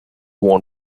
warn